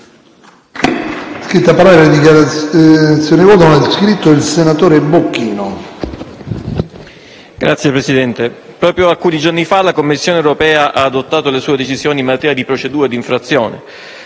Signor Presidente, proprio alcuni giorni fa la Commissione europea ha adottato le sue decisioni in materia di procedure di infrazione.